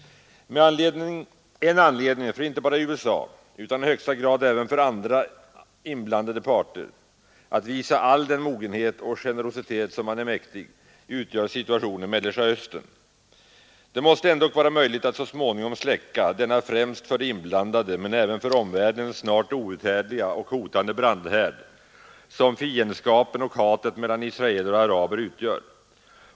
En anledning för icke bara USA utan i högsta grad även för alla andra inblandade parter att visa all den mogenhet och generositet som man är mäktig utgör situationen i Mellersta Östern. Det måste ändock vara möjligt att småningom släcka denna främst för de inblandade men även för omvärlden snart outhärdliga och hotande brandhärd, som fiendskapen och hatet mellan israeler och araber utgör.